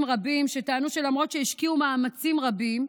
רבים שטענו שלמרות שהשקיעו מאמצים רבים,